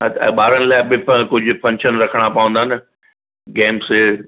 हा त ॿारनि लाइ कुझु फंक्शन रखणा पवंदा न गेम्स